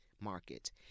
market